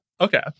Okay